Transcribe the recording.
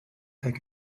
take